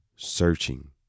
Searching